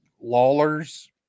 Lawler's